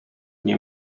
nie